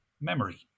memory